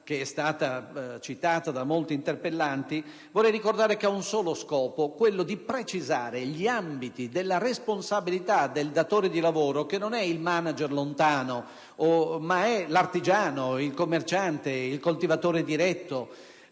la norma citata da molti interroganti, voglio ricordare che ha un solo scopo: quello di precisare gli ambiti della responsabilità del datore di lavoro, che non è il manager lontano, ma è l'artigiano, il commerciante, il coltivatore diretto.